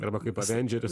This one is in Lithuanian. arba kaip avendžeris